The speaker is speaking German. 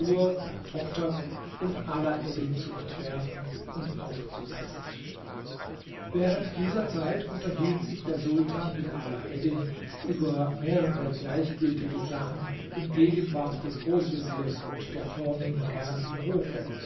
seiner tochter und alaeddin zu entwerfen und aufzusetzen während dieser zeit unterhielt sich der sultan mit alaeddin über mehrere gleichgültige sachen in gegenwart des großveziers und der vornehmen herren vom hofe